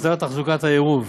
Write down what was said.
הסדרת תחזוקת העירוב).